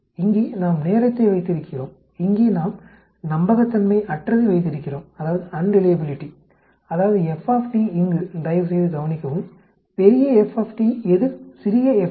இங்கே நாம் நேரத்தை வைத்திருக்கிறோம் இங்கே நாம் நம்பகத்தன்மையற்றதை வைத்திருக்கிறோம் அதாவது f T இங்கு தயவுசெய்து கவனிக்கவும் பெரிய f T எதிர் சிறிய f t